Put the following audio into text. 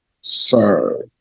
Sir